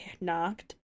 knocked